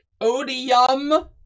Odium